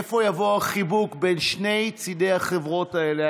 איפה יבוא החיבוק בין שני צידי החברות האלה,